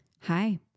Hi